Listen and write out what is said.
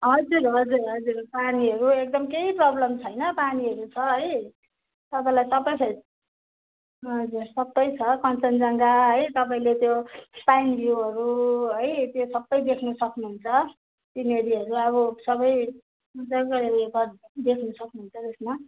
हजुर हजुर हजुर पानीहरू एकदम केही प्रबलम छैन पानीहरू छ है तपाईँलाई सबै फे हजुर सबै छ कञ्चनजङ्गा है तपाईँले त्यो पाइन भ्युहरू है त्यो सबै देख्नु सक्नुहुन्छ सिनेरीहरू त्यो अब सबै गरेर देख्नु सक्नुहुन्छ त्यसमा